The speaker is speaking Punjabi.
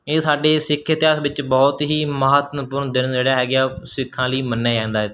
ਇਹ ਸਾਡੇ ਸਿੱਖ ਇਤਿਹਾਸ ਵਿੱਚ ਬਹੁਤ ਹੀ ਮਹੱਤਵਪੂਰਨ ਦਿਨ ਜਿਹੜਾ ਹੈਗਾ ਆ ਉਹ ਸਿੱਖਾਂ ਲਈ ਮੰਨਿਆ ਜਾਂਦਾ ਹੈ